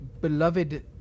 beloved